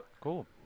Cool